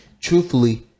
truthfully